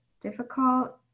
difficult